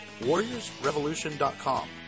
WarriorsRevolution.com